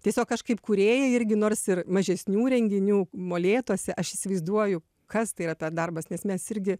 tiesiog kažkaip kūrėjai irgi nors ir mažesnių renginių molėtuose aš įsivaizduoju kas tai yra per darbas nes mes irgi